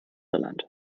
irland